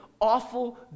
awful